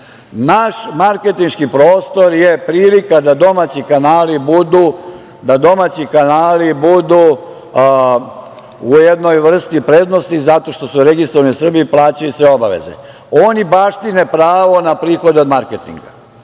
Naš marketinški prostor je prilika da domaći kanali budu u jednoj vrsti prednosti zato što su registrovani u Srbiji i plaćaju sve obaveze. Oni baštine pravo na prihode od marketinga. Dakle,